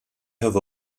have